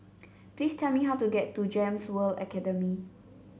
please tell me how to get to Gems World Academy